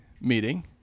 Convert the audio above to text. meeting